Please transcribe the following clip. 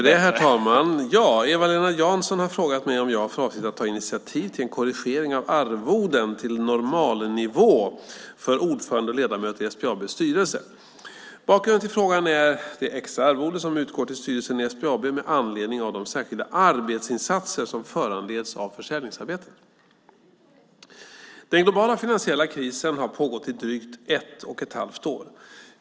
Herr talman! Eva-Lena Jansson har frågat mig om jag har för avsikt att ta initiativ till en korrigering av arvoden till normalnivå för ordförande och ledamöter i SBAB:s styrelse. Bakgrunden till frågan är det extra arvode som utgår till styrelsen i SBAB med anledning av de särskilda arbetsinsatser som föranleds av försäljningsarbetet. Den globala finansiella krisen har pågått i drygt ett och ett halvt år.